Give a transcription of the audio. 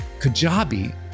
Kajabi